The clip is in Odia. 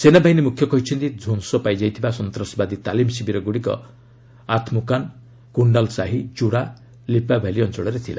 ସେନାବାହିନୀ ମୁଖ୍ୟ କହିଛନ୍ତି ଧ୍ୱଂସ ପାଇଯାଇଥିବା ସନ୍ତାସବାଦୀ ତାଲିମ୍ ଶିବିରଗୁଡ଼ିକ ଆଥମୁକାନ୍ କୁଣ୍ଡଲ୍ସାହି ଜ୍ୱରା ଲିପାଭ୍ୟାଲି ଅଞ୍ଚଳରେ ଥିଲା